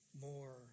more